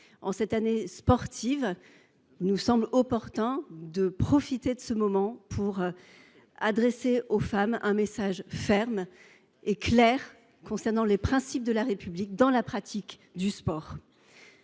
En cette année sportive, il nous semble opportun de profiter de ce moment pour adresser aux femmes un message ferme et clair concernant les principes de la République au regard de la pratique du sport.